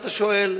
אתה שואל,